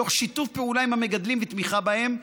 תוך שיתוף פעולה עם המגדלים ותמיכה בהם,